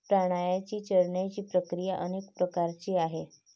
प्राण्यांची चरण्याची प्रक्रिया अनेक प्रकारची आहे